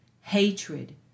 hatred